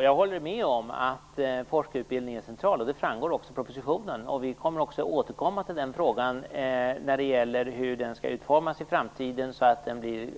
Jag håller med om att forskarutbildningen är central. Det framgår också av propositionen. Vi avser även att återkomma till frågan hur den skall utformas i framtiden, så att det blir